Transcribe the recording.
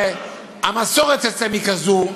המסורת אצלם היא כזאת.